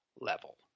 level